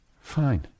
Fine